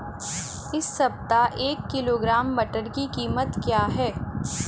इस सप्ताह एक किलोग्राम मटर की कीमत क्या है?